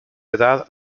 edad